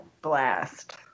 blast